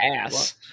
ass